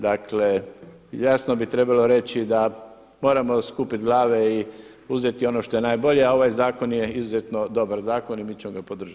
Dakle, jasno bi trebalo reći da moramo skupiti glave i uzeti ono što je najbolje, a ovaj zakon je izuzetno dobar zakon i mi ćemo ga podržati.